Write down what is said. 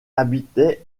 habitaient